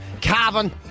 Cavan